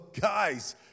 guys